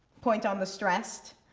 point on the stressed.